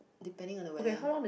depending on the weather